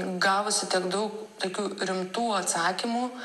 gavusi tiek daug tokių rimtų atsakymų